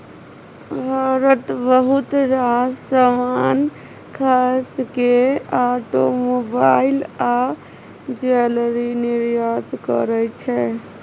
भारत बहुत रास समान खास केँ आटोमोबाइल आ ज्वैलरी निर्यात करय छै